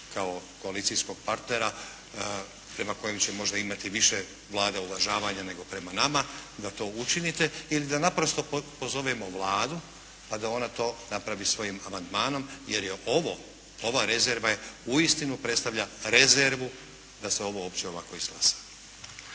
kao koalicijskog partnera prema kojem će možda imati više Vlada uvažavanja nego prema nama, da to učinite, ili da naprosto pozovemo Vladu pa da onda to napravi svojim amandmanom, jer je ova rezerva uistinu predstavlja rezervu da se ovo uopće ovako izglasa.